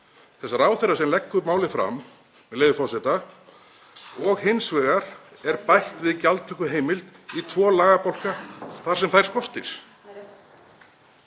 þess ráðherra sem leggur málið fram, með leyfi forseta: „… og hins vegar er bætt við gjaldtökuheimild í tvo lagabálka þar sem þær skortir.“